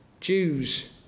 Jews